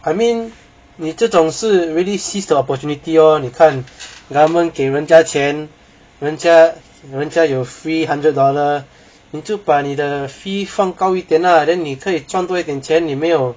I mean 你这种事 really seize the opportunity lor 你看 government 给人家钱人家人家有 free hundred dollar 你就把你的 fee 放高一点 ah then 你可以赚多一点钱你没有